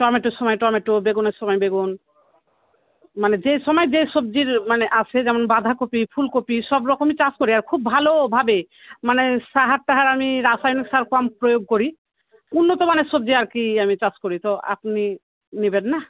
টমেটোর সময় টমেটো বেগুনের সময় বেগুন মানে যে সময় যে সবজির মানে আসে যেমন বাঁধাকপি ফুলকপি সব রকমই চাষ করি আর খুব ভালোভাবে মানে সার টার আমি রাসায়নিক সার কম প্রয়োগ করি উন্নত মানের সবজি আর কি আমি চাষ করি তো আপনি নিবেন না